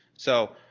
so,